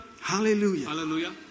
Hallelujah